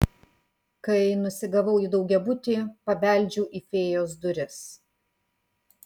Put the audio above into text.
kai nusigavau į daugiabutį pabeldžiau į fėjos duris